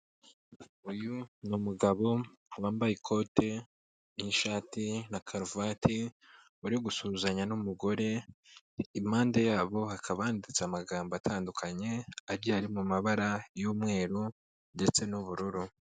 Uyu ni numugabo wambaye ikote n'ishati na karuvati uri gusuhuzanya n'umugore, impande yabo hakaba handitse amagambo atandukanye, agiye ari mu mabara y'umweru ndetse n'ubururu.